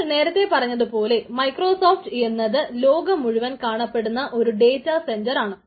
നമ്മൾ നേരത്തെ പറഞ്ഞതുപോലെ മൈക്രോസോഫ്റ്റ് എന്നത് ലോകം മുഴുവൻ കാണപ്പെടുന്ന ഒരു ഡേറ്റ സെൻറർ ആണ്